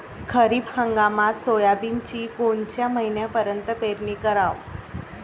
खरीप हंगामात सोयाबीनची कोनच्या महिन्यापर्यंत पेरनी कराव?